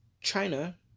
China